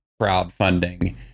crowdfunding